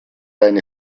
deine